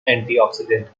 antioxidant